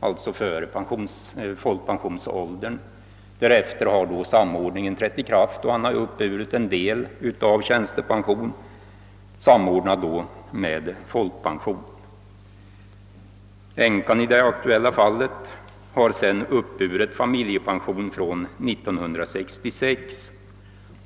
alltså före folkpensionsåldern. Därefter har samordningen trätt i kraft och han har uppburit tjänstepensionen samordnad med folkpensionen. Änkan har sedan uppburit familjepension från 1966.